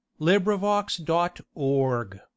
Librivox.org